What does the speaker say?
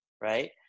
Right